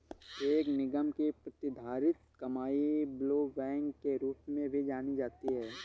एक निगम की प्रतिधारित कमाई ब्लोबैक के रूप में भी जानी जाती है